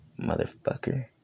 motherfucker